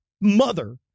mother